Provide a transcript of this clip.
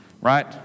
right